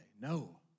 No